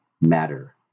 matter